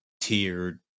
tiered